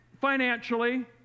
financially